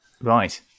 Right